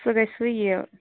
سُہ گژھوٕ یہِ